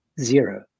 zero